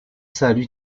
salles